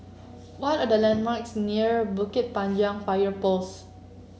what are the landmarks near Bukit Panjang Fire Post